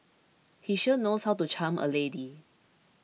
he sure knows how to charm a lady